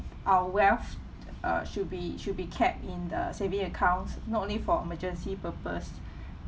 our wealth uh should be should be kept in the saving accounts not only for emergency purpose